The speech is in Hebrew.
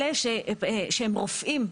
החוקרים האלה שהם רופאים,